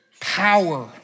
power